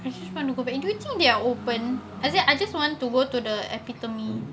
if you want to go back but you do think they are open I just I just want to go to the epitome